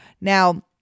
Now